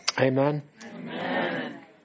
Amen